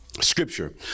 scripture